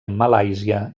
malàisia